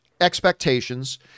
expectations